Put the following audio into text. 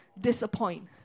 disappoint